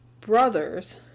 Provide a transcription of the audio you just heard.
brother's